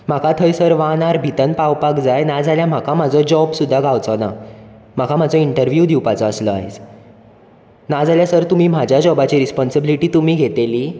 म्हाका थंयसर वन अवरा भितर पावपाक जाय नाजाल्यार म्हाका म्हाजो जॉब सुद्दां गावचोना म्हाका म्हाजो इंटरव्यूव दिवपाचो आसलो आयज नाजाल्यार सर तुमी म्हाज्या जॉबाची रिस्पोन्सिबिलिटी तुमी घेतली